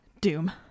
doom